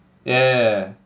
yeah yeah yeah